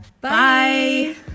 bye